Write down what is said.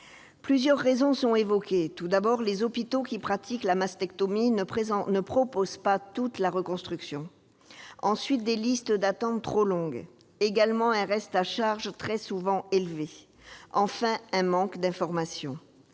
Plusieurs raisons sont évoquées : tout d'abord, le fait que les hôpitaux qui pratiquent la mastectomie ne proposent pas tous la reconstruction ; ensuite, des listes d'attente trop longues ; également, un reste à charge très souvent élevé ; enfin, un manque d'information.